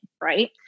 right